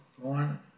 one